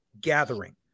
gathering